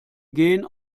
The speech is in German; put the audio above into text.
gen